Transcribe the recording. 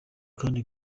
kandi